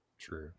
true